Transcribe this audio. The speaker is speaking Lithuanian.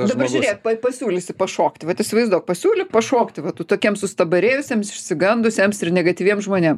dabar žiūrėk pasiūlysi pašokti vat įsivaizduok pasiūlyk pašokti va tu tokiem sustabarėjusiems išsigandusiems ir negatyviem žmonėm